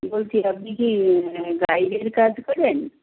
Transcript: বলছি আপনি কি গাইডের কাজ করেন